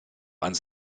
ans